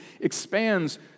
expands